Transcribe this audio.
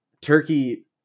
turkey